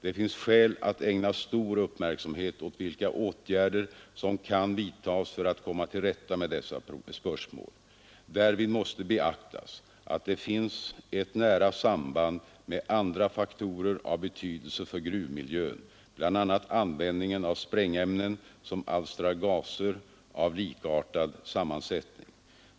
Det finns skäl att ägna stor uppmärksamhet åt vilka åtgärder som kan vidtas för att komma till rätta med dessa spörsmål. Därvid måste beaktas att det finns ett nära samband med andra faktorer av betydelse för gruvmiljön, bl.a. användningen av sprängämnen som alstrar gaser av likartad sammansättning.